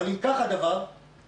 אבל אם כך הדבר צריך